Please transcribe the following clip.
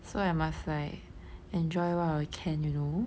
so I must like enjoy while I can you know